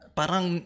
parang